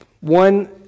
One